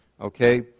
Okay